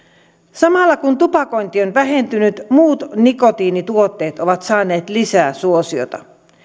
samalla kun tupakointi on vähentynyt muut nikotiinituotteet ovat saaneet lisää suosiota